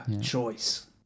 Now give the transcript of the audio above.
choice